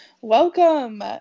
Welcome